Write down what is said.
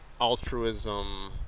altruism